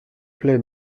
plaît